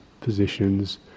positions